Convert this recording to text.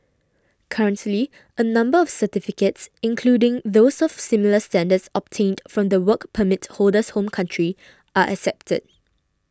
currently a number of certificates including those of similar standards obtained from the Work Permit holder's home country are accepted